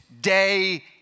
day